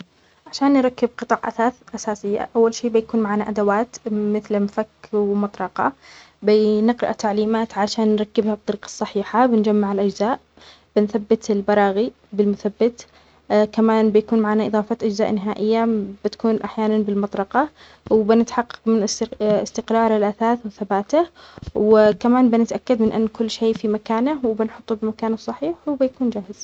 عشان نركب قطع أساس أساسية، أول شي بيكون معنا أدوات مثل مفك ومطرقة، بينقأ التعليمات عشان نركبها بطريقة صحيحة، بنجمع الأجزاء، بنثبت البراغي بالمثبت، كمان بيكون معنا إضافة أجزاء إنهائية بتكون أحياناً بالمطرقة، وبنتحقق من است- استقرار الأساس وثباتة، وكمان بنتأكد من أن كل شي في مكانه، وبنحطه بمكانه الصحيح، وبيكون جاهز